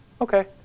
okay